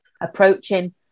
approaching